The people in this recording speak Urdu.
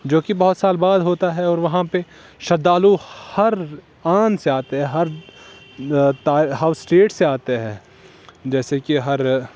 جوکہ بارہ سال بعد ہوتا ہے اور وہاں پہ شردھالو ہر آن سے آتے ہیں ہر ہر اسٹیٹ سے آتے ہیں جیسے کہ ہر